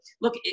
look